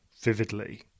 vividly